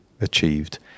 achieved